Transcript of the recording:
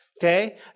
Okay